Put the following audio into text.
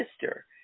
sister